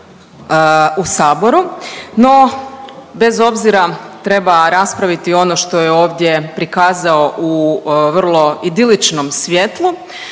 u Saboru,